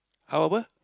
how apa